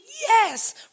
Yes